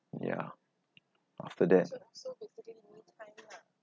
ya after that